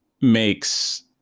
makes